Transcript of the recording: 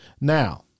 now